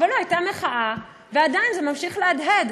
אבל לא, הייתה מחאה, ועדיין זה ממשיך להדהד.